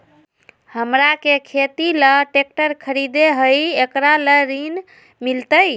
हमरा के खेती ला ट्रैक्टर खरीदे के हई, एकरा ला ऋण मिलतई?